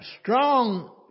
strong